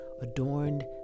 adorned